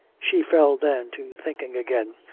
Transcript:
she fell then to thinking again,